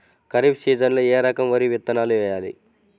ఖరీఫ్ సీజన్లో ఏ రకం వరి విత్తనాలు వేయాలి?